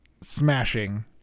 smashing